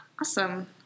Awesome